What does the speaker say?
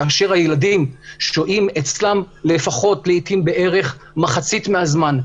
כאשר הילדים שוהים אצלם בערך מחצית מהזמן,